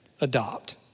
adopt